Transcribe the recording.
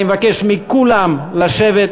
אני מבקש מכולם לשבת.